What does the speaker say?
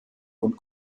und